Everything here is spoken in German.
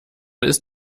ist